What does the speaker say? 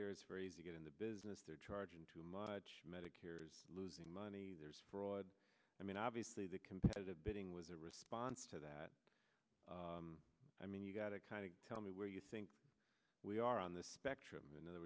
there it's very easy to get in the business charging too much medicare is losing money there's fraud i mean obviously the competitive bidding was a response to that i mean you got to kind of tell me where you think we are on the spectrum in th